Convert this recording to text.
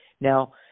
Now